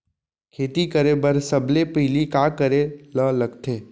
खेती करे बर सबले पहिली का करे ला लगथे?